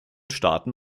staaten